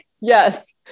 Yes